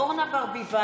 אינו נוכח אורנה ברביבאי,